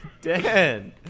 Dan